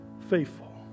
faithful